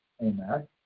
Amen